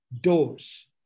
doors